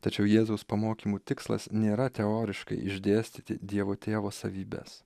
tačiau jėzaus pamokymų tikslas nėra teoriškai išdėstyti dievo tėvo savybes